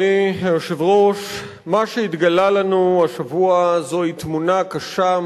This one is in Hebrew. מה שהתגלה לנו השבוע זוהי תמונה קשה,